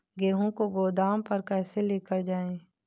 गेहूँ को गोदाम पर कैसे लेकर जाएँ?